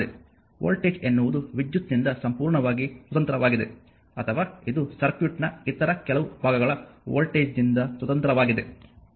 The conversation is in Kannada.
ವೋಲ್ಟೇಜ್ ಎನ್ನುವುದು ವಿದ್ಯುತ್ ನಿಂದ ಸಂಪೂರ್ಣವಾಗಿ ಸ್ವತಂತ್ರವಾಗಿದೆ ಅಥವಾ ಇದು ಸರ್ಕ್ಯೂಟ್ನ ಇತರ ಕೆಲವು ಭಾಗಗಳ ವೋಲ್ಟೇಜ್ನಿಂದ ಸ್ವತಂತ್ರವಾಗಿದೆ